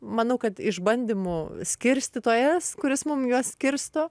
manau kad išbandymų skirstytojas kuris mum juos skirsto